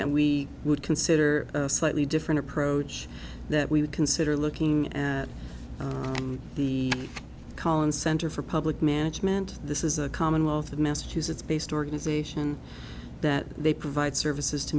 that we would consider a slightly different approach that we would consider looking at the calling center for public management this is a commonwealth of massachusetts based organization that they provide services to